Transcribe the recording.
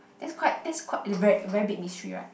that's quite that's qui~ a very very big mystery [right]